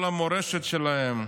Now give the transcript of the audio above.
כל המורשת שלהם,